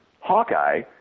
Hawkeye